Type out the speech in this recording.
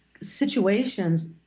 situations